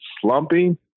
slumping